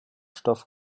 stoff